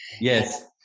Yes